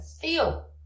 feel